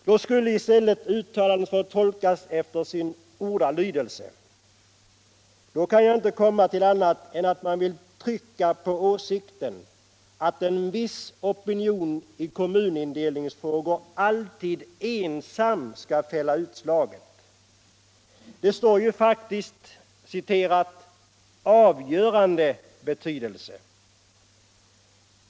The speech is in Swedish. Då skulle i stället uttalandet få tolkas efter sin ordalydelse, och då kan jag inte komma till annat än att man vill trycka på åsikten att en viss opinion i kommunindelningsfrågor alltid ensam skall fälla utslaget. Det står faktiskt ”avgörande betydelse”.